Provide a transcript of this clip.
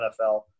NFL